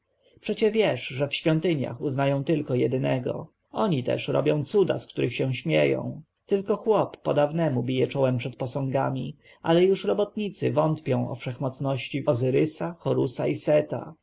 przecie wiesz że w świątyniach uznają tylko jedynego oni też robią cuda z których się śmieją tylko chłop po dawnemu bije czołem przed posągami ale już robotnicy wątpią o wszechmocności ozyrysa horusa i seta